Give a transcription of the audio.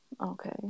Okay